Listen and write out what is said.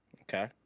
okay